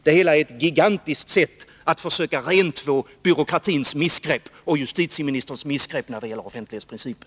Det hela är ett gigantiskt sätt att försöka rentvå byråkratins missgrepp och justitieministerns missgrepp när det gäller offentlighetsprincipen.